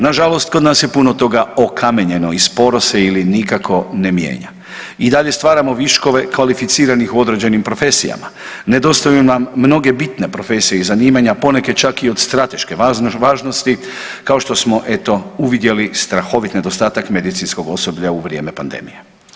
Nažalost, kod nas je puno toga okamenjeno i sporo se ili nikako ne mijenja i dalje stvaramo viškove kvalificiranih u određenim profesijama, nedostaju nam mnoge bitne profesije i zanimanja, poneke čak i od strateške važnosti, kao što smo eto uvidjeli strahovit nedostatak medicinskog osoblja u vrijeme pandemije.